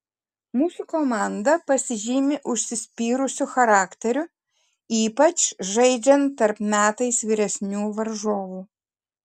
mūsų komanda pasižymi užsispyrusiu charakteriu ypač žaidžiant tarp metais vyresnių varžovų